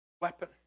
weapon